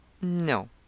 No